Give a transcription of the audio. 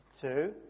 two